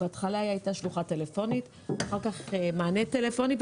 כאשר בהתחלה היא הייתה שלוחה טלפונית,